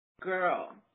Girl